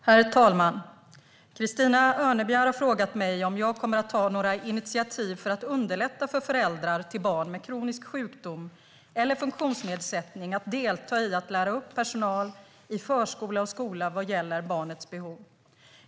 Herr talman! Christina Örnebjär har frågat mig om jag kommer att ta några initiativ för att underlätta för föräldrar till barn med kronisk sjukdom eller funktionsnedsättning att delta i att lära upp personal i förskola och skola vad gäller barnets behov.